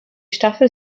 staffel